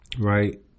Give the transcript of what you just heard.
right